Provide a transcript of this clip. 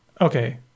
Okay